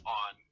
on